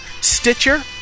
Stitcher